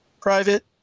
private